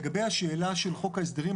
לגבי השאלה של חוק ההסדרים,